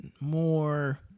more